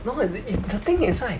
no ah th~ i~ the thing is right